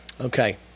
Okay